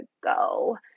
go